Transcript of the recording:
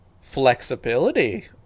Flexibility